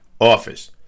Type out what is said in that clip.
office